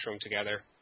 together